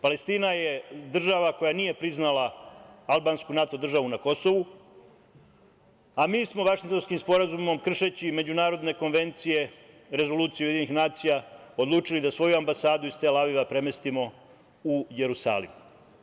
Palestina je država koja nije priznala albansku NATO državu na Kosovu, a mi smo Vašingtonskim sporazumom kršeći međunarodne konvencije, Rezoluciju UN, odlučili da svoju ambasadu iz Tel Aviva premestimo u Jerusalim.